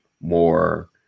more